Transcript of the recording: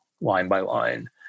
line-by-line